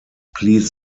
please